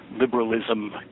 liberalism